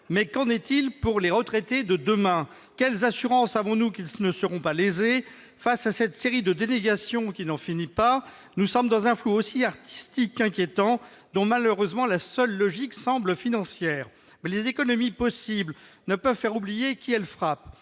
droits. Qu'en est-il pour les retraités de demain ? Quelles assurances avons-nous qu'ils ne seront pas lésés ? Face à cette série de dénégations qui n'en finit pas, nous sommes dans un flou aussi artistique qu'inquiétant, dont, malheureusement, la seule logique semble financière. Cependant, les économies possibles ne peuvent faire oublier qui elles frapperaient.